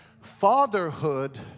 Fatherhood